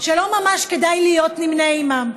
שלא ממש כדאי להיות נמנה עימן.